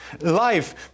life